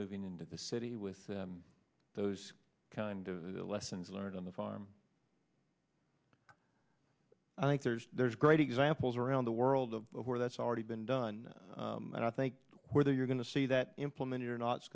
moving into the city with those kind of the lessons learned on the farm i think there's there's great examples around the world of where that's already been done and i think whether you're going to see that implemented or not